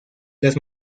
las